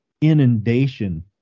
inundation